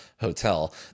hotel